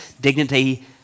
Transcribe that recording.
dignity